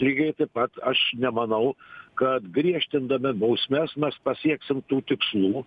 lygiai taip pat aš nemanau kad griežtindami bausmes mes pasieksim tų tikslų